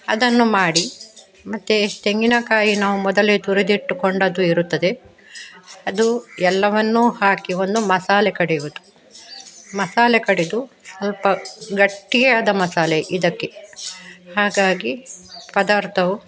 ಅದನ್ನು ಮಾಡಿ ಮತ್ತೆ ತೆಂಗಿನಕಾಯಿ ನಾವು ಮೊದಲೇ ತುರಿದಿಟ್ಟುಕೊಂಡದ್ದು ಇರುತ್ತದೆ ಅದು ಎಲ್ಲವನ್ನೂ ಹಾಕಿ ಒಂದು ಮಸಾಲೆ ಕಡೆಯುವುದು ಮಸಾಲೆ ಕಡೆದು ಸ್ವಲ್ಪ ಗಟ್ಟಿಯಾದ ಮಸಾಲೆ ಇದಕ್ಕೆ ಹಾಗಾಗಿ ಪದಾರ್ಥವು